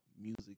music